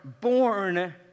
born